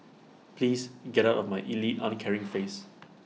please get out of my elite uncaring face